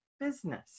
business